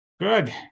Good